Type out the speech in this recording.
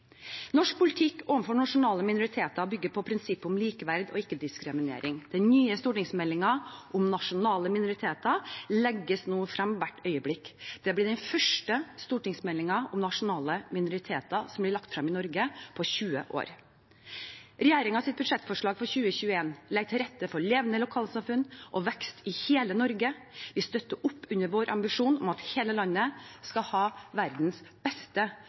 Norsk politikk overfor nasjonale minoriteter bygger på prinsippet om likeverd og ikke-diskriminering. Den nye stortingsmeldingen om nasjonale minoriteter legges frem nå hvert øyeblikk. Det blir den første stortingsmeldingen om nasjonale minoriteter som blir lagt frem i Norge på 20 år. Regjeringens budsjettforslag for 2021 legger til rette for levende lokalsamfunn og vekst i hele Norge. Vi støtter opp under vår ambisjon om at hele landet skal ha verdens beste